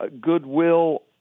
goodwill